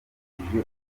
ukurikije